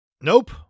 Nope